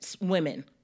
women